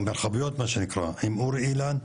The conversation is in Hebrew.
המרחביות מה שנקרא עם אורי אילן,